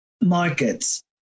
markets